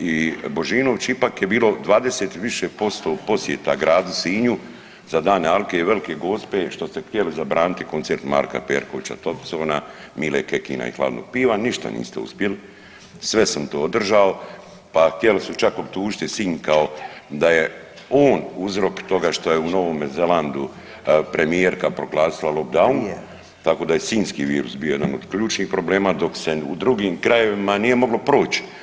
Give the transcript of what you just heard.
i Božinović ipak je bilo 20 više posto posjeta gradu Sinju za dane alke i Velke Gospe što ste htjeli zabraniti koncert Marka Perkovića Thompsona, Mile Kekina i Hladnog piva, ništa niste uspjeli, sve sam to održao, pa htjeli su čak optužiti Sinj kao da je on uzrok toga što je u Novome Zelandu premijerka proglasila lockdown, tako da je sinjski virus bio jedan od ključnih problema dok se u drugim krajevima nije moglo proći.